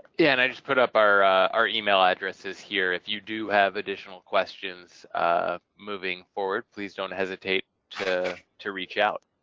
yeah and i just put up our our email addresses here. if you do have additional questions ah moving forward, please don't hesitate to to reach out.